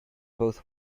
both